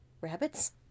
Rabbits